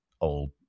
old